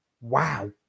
wow